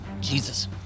Jesus